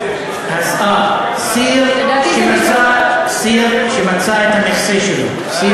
סיר שמצא את המכסה שלו.